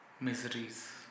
miseries